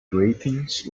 greetings